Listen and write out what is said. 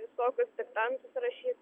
visokius diktantus rašyt